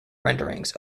renderings